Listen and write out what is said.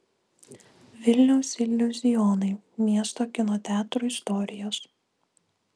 vilniaus iliuzionai miesto kino teatrų istorijos